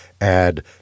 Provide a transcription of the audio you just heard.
add